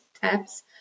tabs